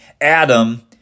Adam